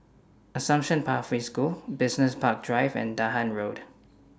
Assumption Pathway School Business Park Drive and Dahan Road